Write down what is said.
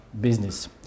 business